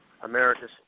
America's